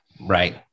Right